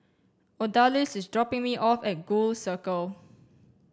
Odalys is dropping me off at Gul Circle